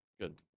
good